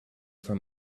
for